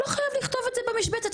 לא חייב לכתוב את זה במשבצת.